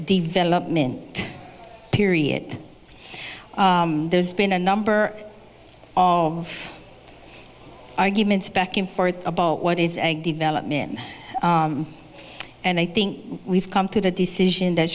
development period there's been a number of arguments back and forth about what is a development and i think we've come to the decision that